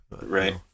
Right